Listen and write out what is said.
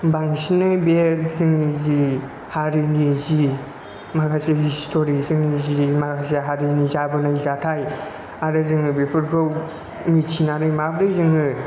बांसिनै बे जोंनि जि हारिनि जि माखासे हिस्थरि माखासे जि हारिनि माखासे जाबोनाय जाथाय आरो जोङो बेफोरखौ मिथिनानै माबोरै जोङो